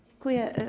Dziękuję.